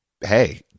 Hey